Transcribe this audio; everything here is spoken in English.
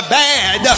bad